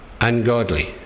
Ungodly